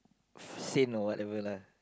sane or whatever lah